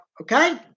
Okay